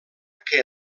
que